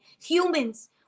humans